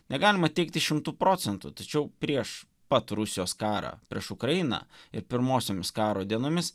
negalima teigti šimtu procentų tačiau prieš pat rusijos karą prieš ukrainą ir pirmosiomis karo dienomis